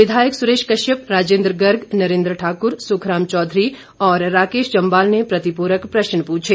विघायक सुरेश कश्यप राजेंद्र गर्ग नरेंद्र ठाकुर सुखराम चौधरी और राकेश जम्वाल ने प्रतिपूरक प्रश्न पूछे